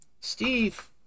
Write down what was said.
Steve